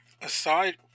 Aside